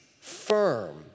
Firm